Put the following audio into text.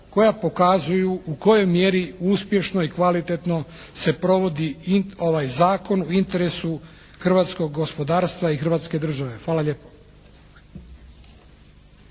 koja pokazuju u kojoj mjeri uspješno i kvalitetno se provodi Zakon o interesu hrvatskog gospodarstva i hrvatske države. Hvala lijepo.